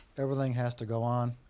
everything has to go on